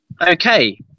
okay